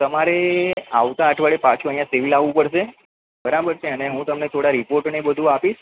તમારે આવતાં અઠવાડિયે પાછું અહીંયા સિવિલ આવવું પડશે બરાબર છે અને હું તમને થોડા રિપોર્ટોને એ બધું આપીશ